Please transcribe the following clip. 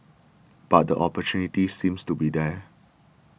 but the opportunity seems to be there